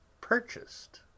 purchased